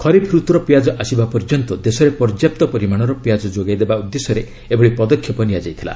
ଖରିଫ୍ ଋତ୍ରର ପିଆଜ ଆସିବା ପର୍ଯ୍ୟନ୍ତ ଦେଶରେ ପର୍ଯ୍ୟାପ୍ତ ପରିମାଣର ପିଆଜ ଯୋଗାଇ ଦେବା ଉଦ୍ଦେଶ୍ୟରେ ଏଭଳି ପଦକ୍ଷେପ ନିଆଯାଇଥିଲା